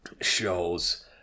shows